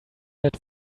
that